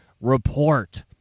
report